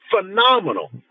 Phenomenal